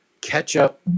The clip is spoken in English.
Ketchup